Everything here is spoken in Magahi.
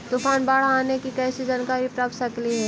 तूफान, बाढ़ आने की कैसे जानकारी प्राप्त कर सकेली?